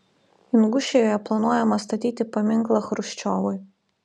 ingušijoje planuojama statyti paminklą chruščiovui